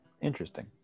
interesting